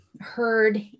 heard